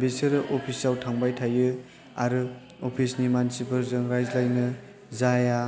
बिसोरो अफिस आव थांबाय थायो आरो अफिस नि मानसिफोरजों रायज्लायनो जाया